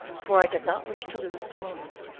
for i did not wish to lose a moment.